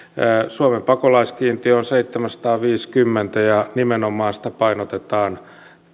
suomen pakolaiskiintiö on seitsemänsataaviisikymmentä ja sitä painotetaan